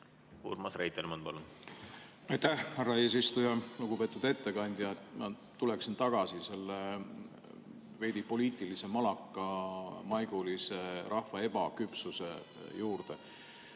Urmas Reitelmann, palun! Aitäh, härra eesistuja! Lugupeetud ettekandja! Ma tulen tagasi selle veidi poliitilise malaka maiguga rahva ebaküpsuse juurde.